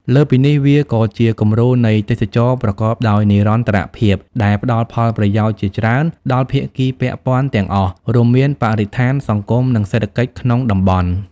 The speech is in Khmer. លើសពីនេះ វាក៏ជា គំរូនៃទេសចរណ៍ប្រកបដោយនិរន្តរភាព ដែលផ្តល់ ផលប្រយោជន៍ជាច្រើន ដល់ភាគីពាក់ព័ន្ធទាំងអស់ រួមមាន បរិស្ថាន សង្គម និងសេដ្ឋកិច្ចក្នុងតំបន់។